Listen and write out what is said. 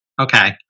Okay